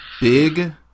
Big